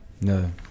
No